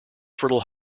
fertile